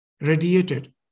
radiated